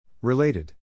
Related